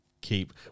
keep